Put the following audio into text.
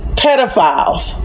pedophiles